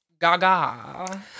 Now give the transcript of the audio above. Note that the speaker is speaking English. gaga